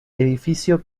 edificio